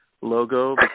logo